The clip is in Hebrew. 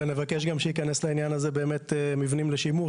ונבקש גם שייכנס לעניין הזה באמת מבנים לשימור,